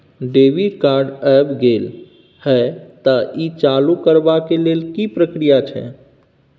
Debit card ऐब गेल हैं त ई चालू करबा के लेल की प्रक्रिया छै?